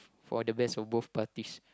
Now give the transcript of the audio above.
for the best of both parties